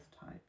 type